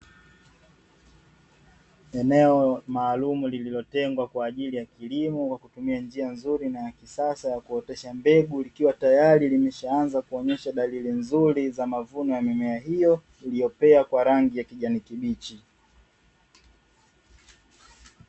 Eneo maalumu lililotengwa kwa ajili ya kilimo kwa kutumia njia nzuri na ya kisasa ya kuotesha mbegu likiwa tayari limeshaanza kuonesha dalili nzuri za mavuno ya mimea hiyo iliyopea kwa rangi yake ya kijani kibichi.